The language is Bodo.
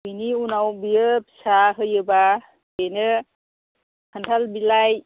बिनि उनाव बेयो फिसा होयोब्ला बेनो खान्थाल बिलाइ